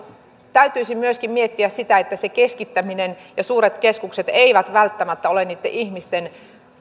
täytyisi myöskin miettiä sitä että se keskittäminen ja suuret keskukset eivät välttämättä ole niitten ihmisten